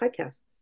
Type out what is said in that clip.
podcasts